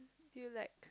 do you like